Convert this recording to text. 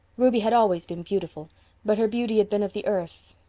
ruby had always been beautiful but her beauty had been of the earth,